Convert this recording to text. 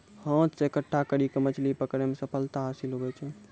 हाथ से इकट्ठा करी के मछली पकड़ै मे सफलता हासिल हुवै छै